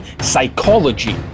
psychology